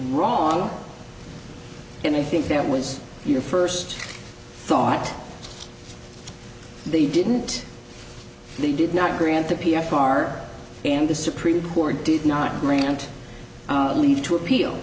wrong and i think that was your first thought they didn't they did not grant the p f far and the supreme court did not grant leave to appeal